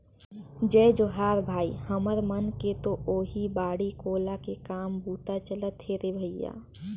जय जोहार भाई, हमर मन के तो ओहीं बाड़ी कोला के काम बूता चलत हे रे भइया